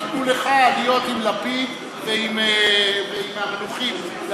שנתנו לך להיות עם לפיד ועם אמנון דנקנר המנוחים.